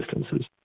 distances